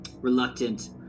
reluctant